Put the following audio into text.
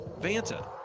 Vanta